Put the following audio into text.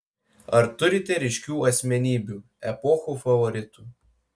ar turite ryškių asmenybių epochų favoritų